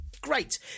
great